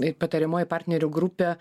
ir patariamoji partnerių grupė